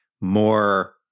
more